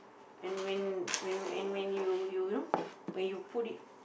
and when when and when you you know when you put it